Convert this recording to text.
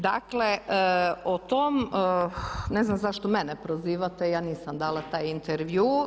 Dakle o tom, ne znam zašto mene prozivat, ja nisam dala taj intervju.